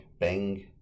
Bang